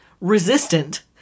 resistant